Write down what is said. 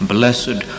Blessed